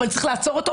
וצריך לעצור,